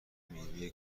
میوه